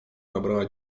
nabrała